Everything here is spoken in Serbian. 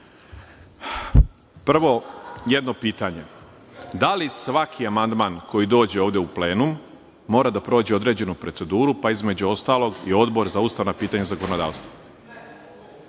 Prvo jedno pitanje. Da li svaki amandman koji dođe ovde u plenum mora da prođe određenu proceduru, pa između ostalog i Odbor za ustavna pitanja i zakonodavstvo?(Milenko